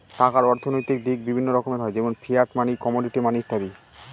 টাকার অর্থনৈতিক দিক বিভিন্ন রকমের হয় যেমন ফিয়াট মানি, কমোডিটি মানি ইত্যাদি